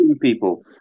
people